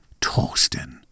Torsten